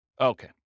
Okay